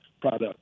product